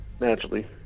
naturally